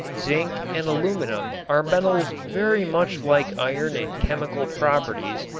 zinc and aluminum are metals very much like iron in chemical properties,